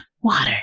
Water